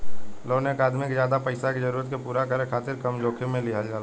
loan एक आदमी के ज्यादा पईसा के जरूरत के पूरा करे खातिर कम जोखिम में लिहल जाला